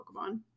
Pokemon